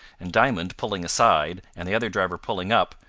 and diamond pulling aside, and the other driver pulling up,